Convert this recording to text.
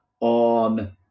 on